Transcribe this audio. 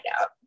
out